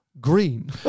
green